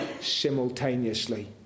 simultaneously